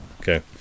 okay